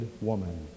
woman